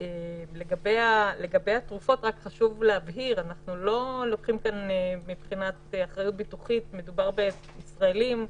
לגבי התרופות חשוב להבהיר שמבחינת אחריות ביטוחית מדובר בישראלים,